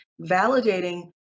validating